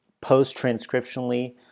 post-transcriptionally